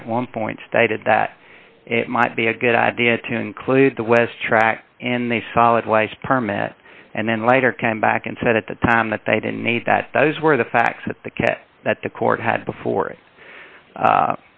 and at one point stated that it might be a good idea to include the west track in the fall it was permit and then later came back and said at the time that they didn't need that that is where the facts that the kit that the court had before